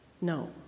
no